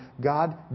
God